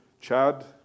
Chad